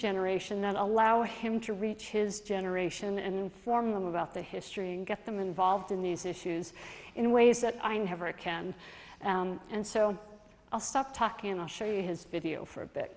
generation that allow him to reach his generation and form them about the history and get them involved in these issues in ways that i never can and so i'll stop talking and i'll show you his video for a bit